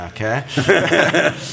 Okay